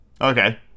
Okay